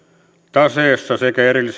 taseessa sekä erillisen